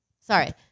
Sorry